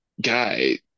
guy